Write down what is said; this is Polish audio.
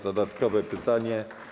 Dodatkowe pytanie.